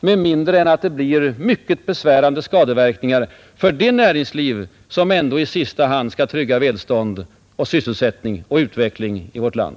Det kan tvärtom leda till besvärande skadeverkningar för det näringsliv som ändå i sista hand tryggar välstånd, sysselsättning och utveckling i vårt land.